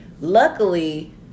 Luckily